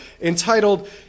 entitled